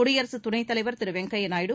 குடியரசு துணைத் தலைவர் திரு வெங்கையா நாயுடு